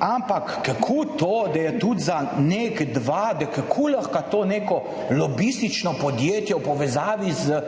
ampak kako to, da je tudi za NEK2, kako lahko neko lobistično podjetje v povezavi z